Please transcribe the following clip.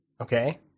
Okay